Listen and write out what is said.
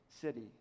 city